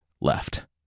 left